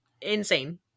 insane